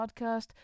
podcast